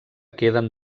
queden